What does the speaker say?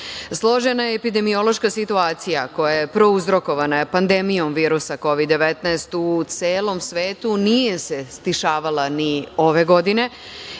Složena epidemiološka situacija koja je prouzrokovana pandemijom virusa Kovid-19 u celom svetu nije se stišavala ni ove godine